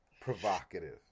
provocative